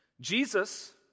Jesus